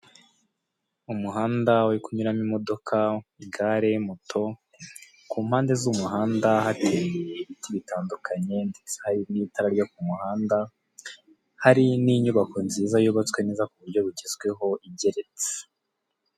Umuhanda uri kunyuramo imodoka ,igare ,moto ku mpande z'umuhanda hateye ibiti bitandukanye ndetse hari n'itara ryo ku muhanda hari n'inyubako nziza yubatswe neza ku buryo bugezweho igeretse .